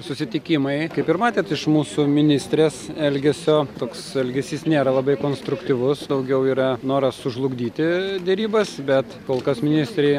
susitikimai kaip ir matėt iš mūsų ministrės elgesio toks elgesys nėra labai konstruktyvus daugiau yra noras sužlugdyti derybas bet kol kas ministrei